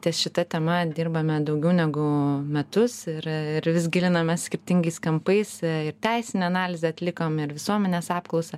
ties šita tema dirbame daugiau negu metus ir ir vis gilinamės skirtingais kampais ir teisinę analizę atlikom ir visuomenės apklausą